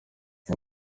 aba